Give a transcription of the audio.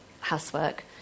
housework